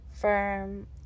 Firm